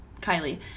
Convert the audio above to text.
kylie